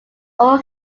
old